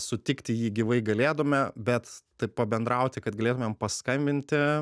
sutikti jį gyvai galėdavome bet taip pabendrauti kad galėtumėm paskambinti